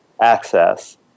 access